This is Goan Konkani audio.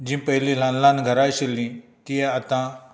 जी पयलीं ल्हान ल्हान घरां आशिल्ली ती आतां